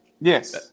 Yes